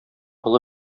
олы